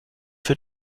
für